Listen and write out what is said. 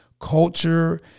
culture